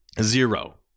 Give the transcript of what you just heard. zero